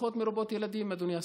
משפחות מרובות ילדים, אדוני השר.